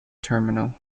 terminal